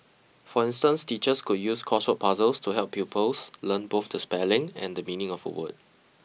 for instance teachers could use crossword puzzles to help pupils learn both the spelling and the meaning of a word